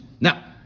Now